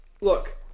Look